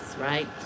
right